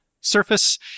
surface